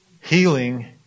Healing